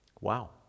wow